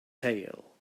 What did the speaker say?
tail